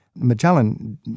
Magellan